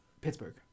Pittsburgh